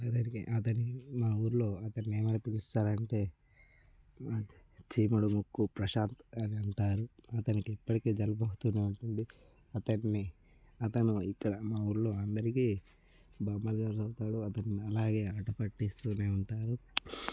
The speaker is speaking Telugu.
అతనికి అతని మా ఊరులో అతన్నేమని పిలుస్తారంటే చీముడు ముక్కు ప్రశాంత్ అనంటారు అతనికెప్పడికి జలుబస్తూనే ఉంటుంది అతన్ని అతను ఇక్కడ మా ఊరులో అందరికి అవుతాడు అతన్ని అలాగే ఆట పట్టిస్తూనే ఉంటారు